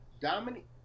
Dominic –